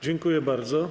Dziękuję bardzo.